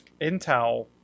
Intel